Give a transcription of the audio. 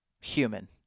human